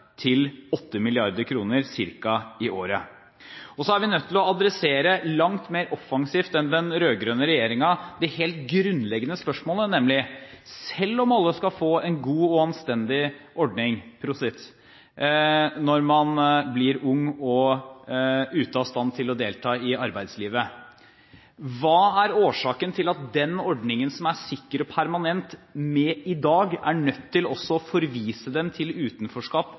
til ca. 8 mrd. kr i året. Så er vi nødt til å adressere langt mer offensivt enn den rød-grønne regjeringen det helt grunnleggende spørsmålet, nemlig: Selv om alle skal få en god og anstendig ordning – prosit! – når man er ung og ute av stand til å delta i arbeidslivet, hva er årsaken til at den ordningen som er sikker og permanent i dag, er nødt til også å forvise en til utenforskap